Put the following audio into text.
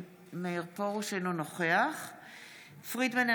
אינו נוכח יסמין פרידמן,